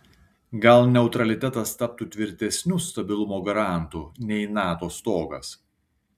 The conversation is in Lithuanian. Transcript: gal neutralitetas taptų tvirtesniu stabilumo garantu nei nato stogas